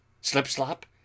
Slipslop